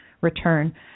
return